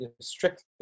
strictly